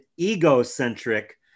egocentric